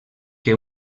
que